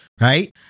right